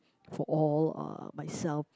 for all uh myself